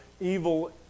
evil